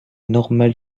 normale